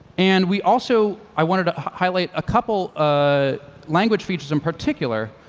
and we also i wanted to highlight a couple ah language features in particular,